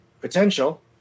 potential